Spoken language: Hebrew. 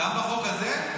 גם בחוק הזה?